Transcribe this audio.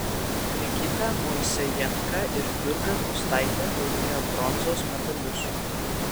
nikita moisejenka ir jurga gustaitė laimėjo bronzos medalius